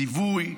ציווי,